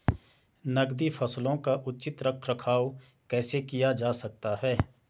नकदी फसलों का उचित रख रखाव कैसे किया जा सकता है?